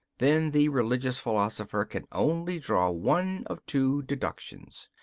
then the religious philosopher can only draw one of two deductions.